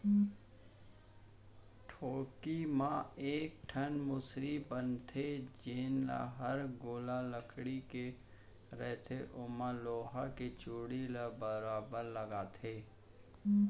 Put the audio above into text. ढेंकी म एक ठन मुसरी बन थे जेन हर गोल लकड़ी के रथे ओमा लोहा के चूड़ी ल बरोबर लगाथे